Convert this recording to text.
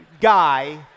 guy